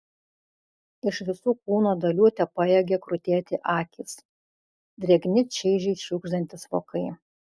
iš visų kūno dalių tepajėgė krutėti akys drėgni čaižiai šiugždantys vokai